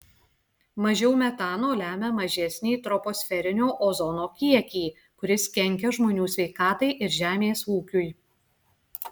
mažiau metano lemia mažesnį troposferinio ozono kiekį kuris kenkia žmonių sveikatai ir žemės ūkiui